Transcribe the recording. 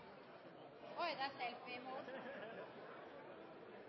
og mekling. Det